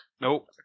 Nope